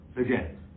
again